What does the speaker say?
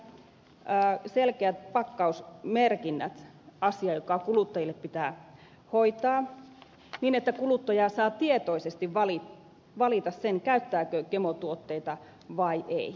selkeät pakkausmerkinnät ovatkin vähintään se asia joka kuluttajille pitää hoitaa niin että kuluttaja saa tietoisesti valita sen käyttääkö gemotuotteita vai ei